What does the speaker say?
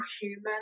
human